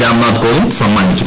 രാംനാഥ് കോവിന്ദ് സമ്മാനിക്കും